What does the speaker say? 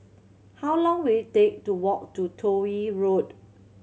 how long will it take to walk to Toh Yi Road